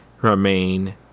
remain